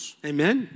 amen